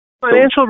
Financial